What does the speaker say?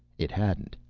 it hadn't.